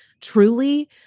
truly